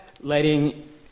letting